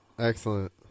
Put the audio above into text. Excellent